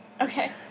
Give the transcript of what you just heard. Okay